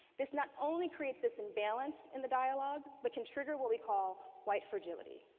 this not only creates this imbalance in the dialogue, but can trigger what we call white fragility.